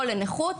או לנכות,